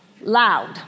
Loud